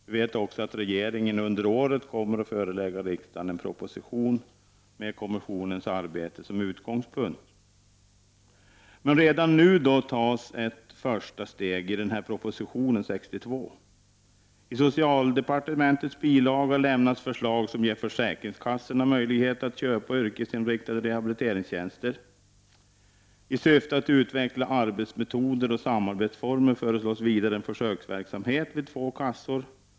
Vi vet också att regeringen under året kommer att förelägga riksdagen en proposition med kommissionens arbete som utgångspunkt. Redan nu tas ett första steg. I proposition 1989/90:62, socialdepartementets bilaga, framförs förslag som ger försäkringskassorna möjlighet att köpa yrkesinriktade rehabiliteringstjänster. I syfte att utveckla arbetsmetoder och samarbetsformer föreslås vidare en försöksverksamhet vid två kassor.